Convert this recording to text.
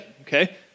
okay